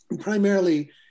primarily